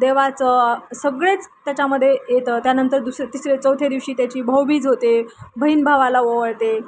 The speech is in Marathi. देवाचं सगळेच त्याच्यामध्ये येतं त्यानंतर दुसरे तिसरे चौथे दिवशी त्याची भाऊबीज होते बहीण भाावाला ओवाळते